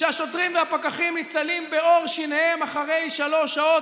כשהשוטרים והפקחים ניצלים בעור שיניהם אחרי שלוש שעות,